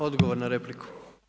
Odgovor na repliku.